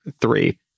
Three